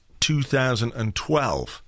2012